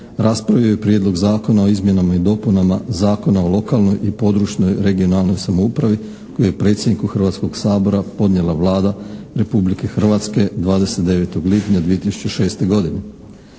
raspravio je Prijedlog zakona o izmjenama i dopunama Zakona o lokalnoj i područnoj regionalnoj samoupravi koji je predsjedniku Hrvatskog sabora podnijela Vlada Republike Hrvatske 29. lipnja 2006. godine.